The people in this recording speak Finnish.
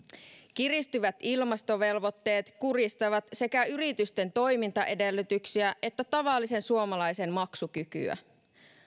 kiristyvät ilmastovelvoitteet kuristavat sekä yritysten toimintaedellytyksiä että tavallisen suomalaisen maksukykyä